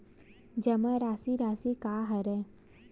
जमा राशि राशि का हरय?